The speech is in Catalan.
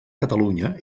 catalunya